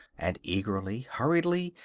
and eagerly, hurriedly,